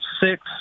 six